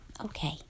Okay